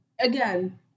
Again